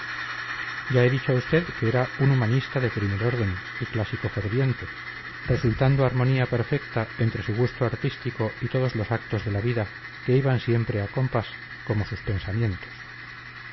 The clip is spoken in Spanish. ya he dicho a usted que era un humanista de primer orden y clásico ferviente resultando armonía perfecta entre su gusto artístico y todos los actos de la vida que iban siempre a compás como sus pensamientos